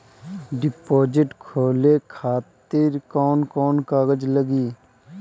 Deposit खोले खातिर कौन कौन कागज लागी?